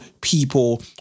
people